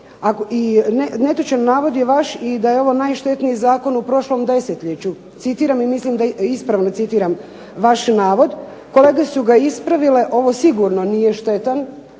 netočan navod je vaš i da je ovo "najštetniji zakon u prošlom desetljeću", citiram i mislim da ispravno citiram vaš navod. Kolege su ga ispravile, ovo sigurno nije štetan